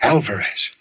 Alvarez